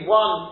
one